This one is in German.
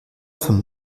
von